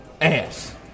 Ass